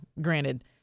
granted